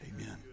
Amen